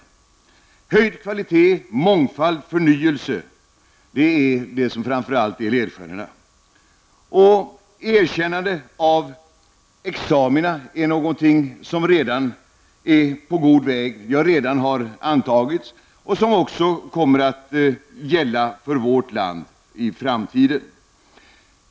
Bättre kvalitet, mångfald och förnyelse är alltså det främsta ledstjärnorna. När det gäller erkännandet av examina är man redan på god väg. Det någonting som redan har antagits och det här kommer också att gälla för vårt land i framtiden.